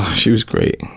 she was great,